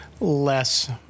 less